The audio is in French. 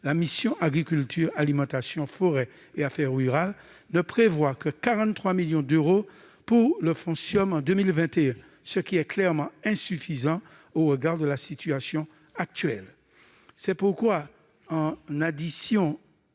La mission « Agriculture, alimentation, forêt et affaires rurales » ne prévoit que 43 millions d'euros pour le fonds CIOM en 2021, ce qui est clairement insuffisant au regard de la situation actuelle. C'est pourquoi, en addition